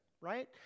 right